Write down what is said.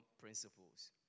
principles